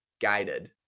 guided